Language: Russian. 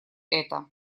это